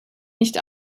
nicht